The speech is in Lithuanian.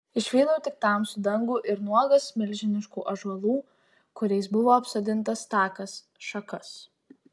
išvydau tik tamsų dangų ir nuogas milžiniškų ąžuolų kuriais buvo apsodintas takas šakas